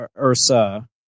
Ursa